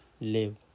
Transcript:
live